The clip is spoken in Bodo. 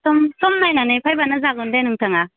सम नायनानै फायबानो जागोन दे नोंथाङा